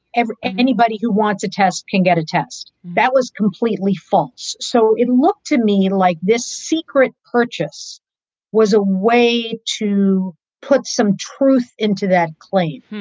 and anybody who wants a test can get a test that was completely false. so it looked to me like this secret purchase was a way to put some truth into that claim.